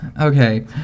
Okay